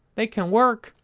they can work.